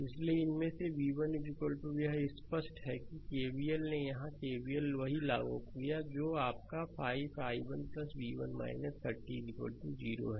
इसलिए इनमें से v1 यह स्पष्ट है कि केवीएल ने यहां केवल वही लागू किया है जो आपका 5 i1 v1 30 0 है